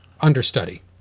understudy